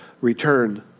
return